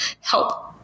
help